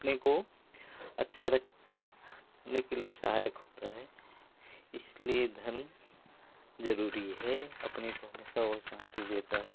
अपने को अच्छा रखने के लिए सहायक होता है इसलिए धर्म जरूरी है अपने को हमेशा वो शांति देता है